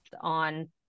on